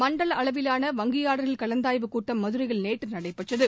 மண்டல அளவிலான வங்கியாளர்கள் கலந்தாய்வுக்கூட்டம் மதுரையில் நேற்று நடைபெற்றது